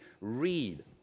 read